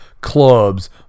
clubs